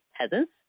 peasants